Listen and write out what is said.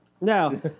No